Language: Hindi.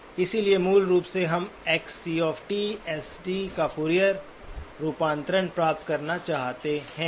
इसलिए मूल रूप से हम xcs का फूरियर रूपांतरण प्राप्त करना चाहते हैं